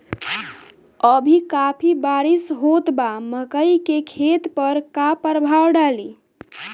अभी काफी बरिस होत बा मकई के खेत पर का प्रभाव डालि?